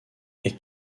est